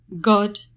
God